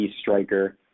Striker